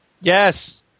yes